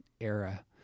era